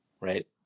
right